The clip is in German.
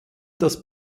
das